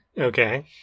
Okay